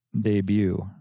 debut